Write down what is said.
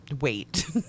wait